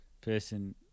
person